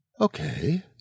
Okay